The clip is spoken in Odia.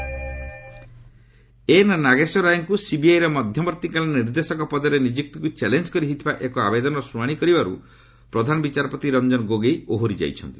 ଏସ୍ସି ସିବିଆଇ ଏନ୍ ନାଗେଶ୍ୱର ରାଓଙ୍କୁ ସିବିଆଇର ମଧ୍ୟବର୍ତ୍ତୀକାଳୀନ ନିର୍ଦ୍ଦେଶକ ପଦରେ ନିଯୁକ୍ତିକୁ ଚାଲେଞ୍ଜ କରି ହୋଇଥିବା ଏକ ଆବେଦନର ଶୁଣାଣି କରିବାରୁ ପ୍ରଧାନ ବିଚାରପତି ର୍ଚ୍ଚନ ଗୋଗୋଇ ଓହରି ଯାଇଛନ୍ତି